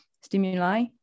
stimuli